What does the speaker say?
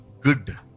good